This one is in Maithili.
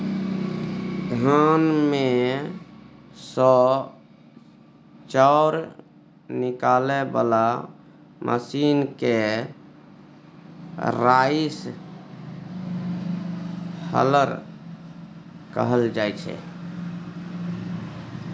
धान मे सँ चाउर निकालय बला मशीन केँ राइस हलर कहल जाइ छै